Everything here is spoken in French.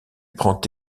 prend